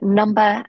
number